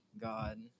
God